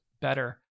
better